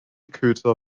köter